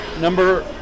Number